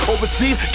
Overseas